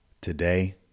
Today